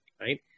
right